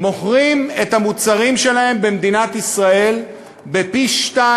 מוכרים את המוצרים שלהם במדינת ישראל בפי-שניים,